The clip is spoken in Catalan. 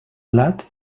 blat